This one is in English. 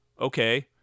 okay